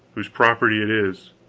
whose property it is,